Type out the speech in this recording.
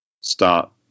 start